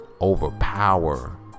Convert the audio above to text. overpower